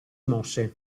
mosse